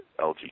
LG